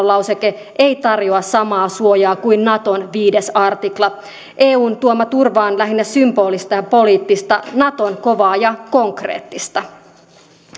lauseke ei tarjoa samaa suojaa kuin naton viides artikla eun tuoma turva on lähinnä symbolista ja poliittista naton kovaa ja konkreettista